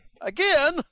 Again